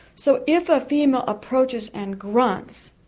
so if a female approaches and grunts,